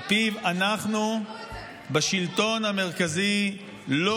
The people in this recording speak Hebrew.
שעל פיו אנחנו בשלטון המרכזי לא